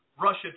Russia